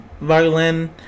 violin